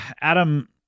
adam